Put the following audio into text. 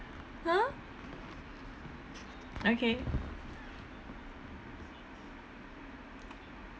!huh! okay